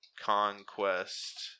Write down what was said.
conquest